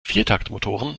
viertaktmotoren